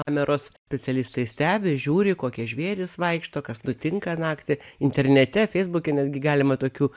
kameros specialistai stebi žiūri kokie žvėrys vaikšto kas nutinka naktį internete feisbuke netgi galima tokių